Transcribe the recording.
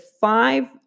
five